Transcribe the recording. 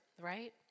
right